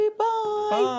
bye